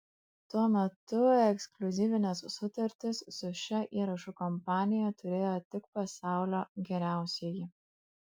tuo metu ekskliuzyvines sutartis su šia įrašų kompanija turėjo tik pasaulio geriausieji